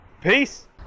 Peace